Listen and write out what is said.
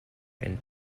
and